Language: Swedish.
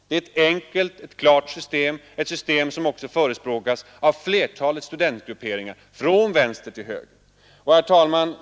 Det är ett enkelt och klart system och ett system som också förespråkas av flertalet studentgrupperingar från vänster till höger. Herr talman!